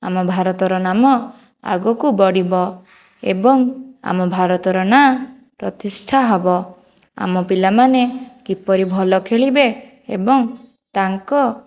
ଆମ ଭାରତର ନାମ ଆଗକୁ ବଢିବ ଏବଂ ଆମ ଭାରତର ନାଁ ପ୍ରତିଷ୍ଠା ହେବ ଆମ ପିଲାମାନେ କିପରି ଭଲ ଖେଳିବେ ଏବଂ ତାଙ୍କ